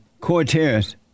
Cortez